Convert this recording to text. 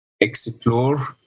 explore